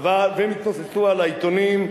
והם יתנוססו על העיתונים.